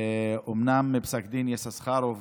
אומנם פסק דין יששכרוב